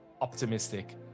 optimistic